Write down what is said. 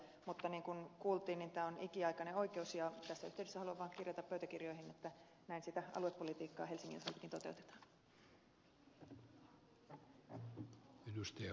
mutta niin kuin kuultiin tämä on ikiaikainen oikeus ja tässä yhteydessä haluan vaan kirjata pöytäkirjoihin että näin sitä aluepolitiikkaa helsingin osaltakin toteutetaan